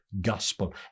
gospel